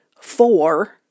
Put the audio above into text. four